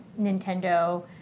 Nintendo